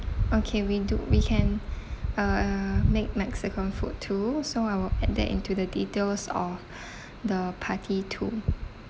okay we do we can uh make mexican food too so I will add that into the details of the party too